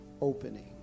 opening